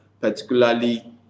particularly